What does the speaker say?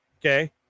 Okay